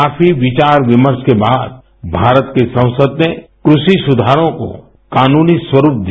काफी विचार विमर्श के बाद भारत की संसद ने कृषि सुधारों को कानूनी स्वरुप दिया